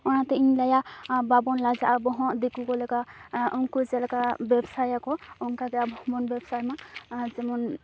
ᱚᱱᱟᱛᱮ ᱤᱧ ᱞᱟᱹᱭᱟ ᱵᱟᱵᱚᱱ ᱞᱟᱡᱟᱜᱼᱟ ᱟᱵᱚ ᱦᱚᱸ ᱫᱤᱠᱩ ᱠᱚ ᱞᱮᱠᱟ ᱩᱝᱠᱩ ᱪᱮᱫ ᱞᱮᱠᱟ ᱵᱮᱵᱥᱟᱭᱟ ᱠᱚ ᱚᱱᱠᱟᱜᱮ ᱟᱵᱚ ᱦᱚᱸᱵᱚᱱ ᱵᱮᱵᱥᱟᱭᱢᱟ ᱟᱨ ᱡᱮᱢᱚᱱ